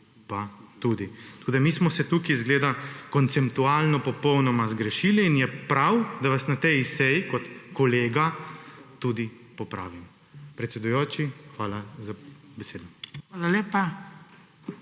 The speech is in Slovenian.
pa tudi. Tako, da mi smo se tukaj izgleda konceptualno popolnoma grešili in je prav, da vas na tej seji kot kolega tudi popravim. Predsedujoči, hvala za besedo.